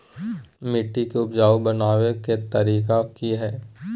मिट्टी के उपजाऊ बनबे के तरिका की हेय?